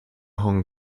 hong